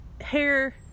hair